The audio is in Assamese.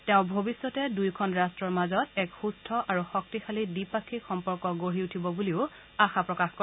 তেওঁ ভৱিষ্যতে দুয়োখন ৰট্টৰ মাজত এক সুস্থ আৰু শক্তিশালী দ্বিপাক্ষিক সম্পৰ্ক গঢ়ি উঠিব বুলিও আশা প্ৰকাশ কৰে